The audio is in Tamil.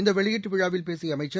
இந்த வெளியீட்டு விழாவில் பேசிய அமைச்சர்